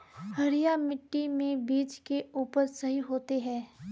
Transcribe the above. हरिया मिट्टी में बीज के उपज सही होते है?